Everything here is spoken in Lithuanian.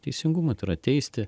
teisingumui tai yra teisti